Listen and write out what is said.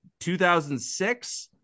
2006